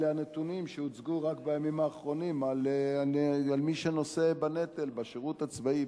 אלה הנתונים שהוצגו רק בימים האחרונים על מי שנושא בנטל: בשירות הצבאי,